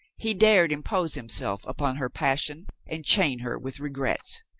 he dared impose himself upon her passion and chain her with regrets.